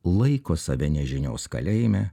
laiko save nežinios kalėjime